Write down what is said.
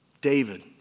David